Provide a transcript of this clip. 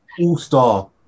All-star